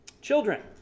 Children